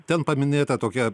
ten paminėta tokia